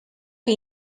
que